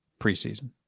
preseason